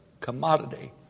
commodity